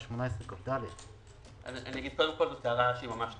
18כד. זו טענה שהיא ממש נסחות.